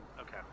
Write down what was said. Okay